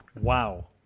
Wow